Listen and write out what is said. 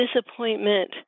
disappointment